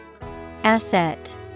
Asset